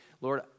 Lord